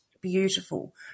beautiful